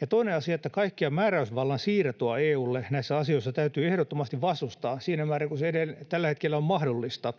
Ja toinen asia on, että kaikkea määräysvallan siirtoa EU:lle näissä asioissa täytyy ehdottomasti vastustaa siinä määrin kuin se tällä hetkellä on mahdollista,